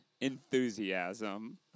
enthusiasm